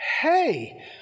Hey